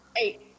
Eight